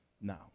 now